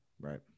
Right